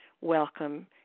welcome